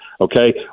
okay